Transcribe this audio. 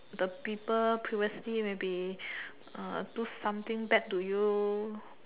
the people previously maybe do something bad to you